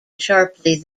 sharply